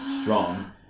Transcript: strong